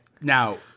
Now